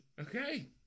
okay